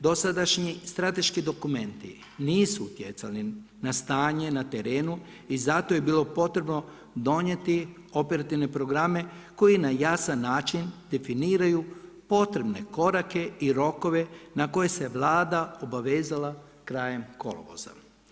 Dosadašnji strateški dokumenti nisu utjecali na stanje na terenu i zato je bilo potrebno donijeti operativne programe koji na jasan način definiraju potrebne korake i rokove na koje se Vlada obavezala krajem kolovoza.